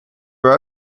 were